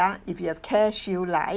ah if you have Careshield Life